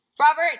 Robert